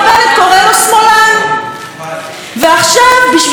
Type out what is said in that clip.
ועכשיו, בשביל לא להיות שמאלן, אנחנו נלך למלחמה.